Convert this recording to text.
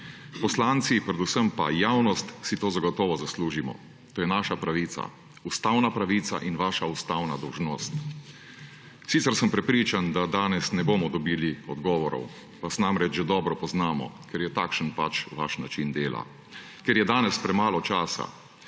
Poslanci, predvsem pa javnost, si to zagotovo zaslužimo. To je naša pravica, ustavna pravica, in vaša ustavna dolžnost. Sicer sem prepričan, da danes ne bomo dobili odgovorov − vas namreč že dobro poznamo − ker je takšen pač vaš način dela. Ker je danes premalo časa.